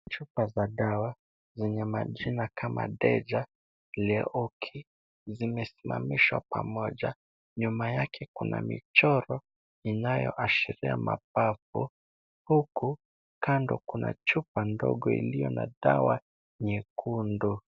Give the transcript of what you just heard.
Chupo za dawa zenye majina kama dejaleoki , zimesimamamishwa pamoja. Nyuma yake kuna michoro, inayoashiria mapafu. Huku kando kuna chupa ndogo iliyo na dawa, nyekundu.